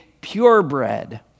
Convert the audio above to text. purebred